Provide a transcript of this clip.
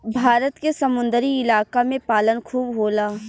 भारत के समुंदरी इलाका में पालन खूब होला